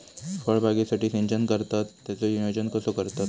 फळबागेसाठी सिंचन करतत त्याचो नियोजन कसो करतत?